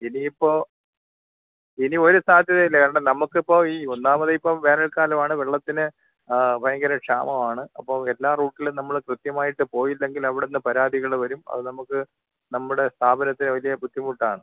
ഇനിയിപ്പോൾ ഇനി ഒരു സാധ്യതയില്ല കാരണം നമുക്കിപ്പോൾ ഈ ഒന്നാമതേ ഇപ്പം വേനൽക്കാലമാണ് വെള്ളത്തിന് ഭയങ്കര ക്ഷാമമാണ് അപ്പം എല്ലാ റൂട്ടിലും നമ്മൾ കൃത്യമായിട്ട് പോയില്ലെങ്കിൽ അവിടെ നിന്ന് പരാതികൾ വരും അത് നമുക്ക് നമ്മുടെ സ്ഥാപനത്തെ വലിയ ബുദ്ധിമുട്ടാണ്